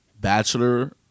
bachelor